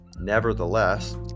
Nevertheless